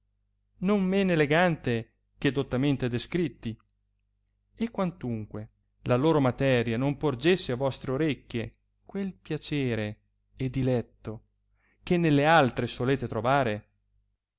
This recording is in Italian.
non men elegante che dottamente descritti e quantunque la loro materia non porgesse a vostre orecchie quel piacere e diletto che nelle altre solete trovare